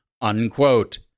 unquote